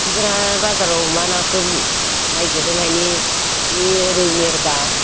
मानसिफोरा बाजाराव मा नाखौ नायगिरो माने बे रौ मेरगा